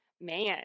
man